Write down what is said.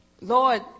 Lord